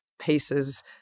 pieces